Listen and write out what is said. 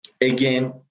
again